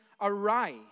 Arise